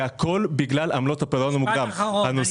הכל בגלל עמלות הפירעון המוקדם.